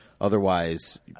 otherwise